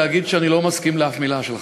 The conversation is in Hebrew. להגיד שאני לא מסכים לאף מילה שלך.